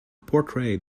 portrayed